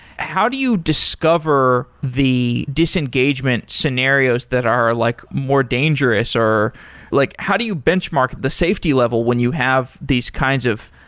how do you discover the disengagement scenarios that are like more more dangerous, or like how do you benchmark the safety level when you have these kinds of,